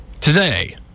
today